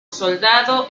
soldado